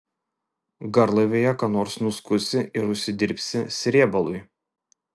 garlaivyje ką nors nuskusi ir užsidirbsi srėbalui